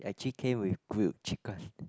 actually came with grilled chicken